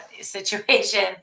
situation